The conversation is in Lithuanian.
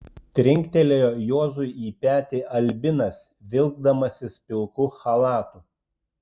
trinktelėjo juozui į petį albinas vilkdamasis pilku chalatu